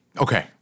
Okay